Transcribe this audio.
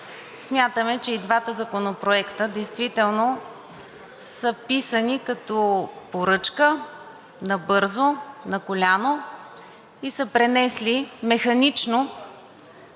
смятаме, че и двата законопроекта действително са писани като поръчка, набързо, на коляно, и са пренесли механично